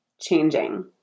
changing